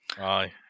Aye